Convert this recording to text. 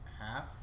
half